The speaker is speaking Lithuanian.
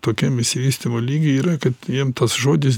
tokiam išsivystymo lygy yra kad jiem tas žodis